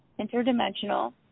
interdimensional